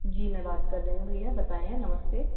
जी मैं बात कर रही हूँ भईया बताएँ नमस्ते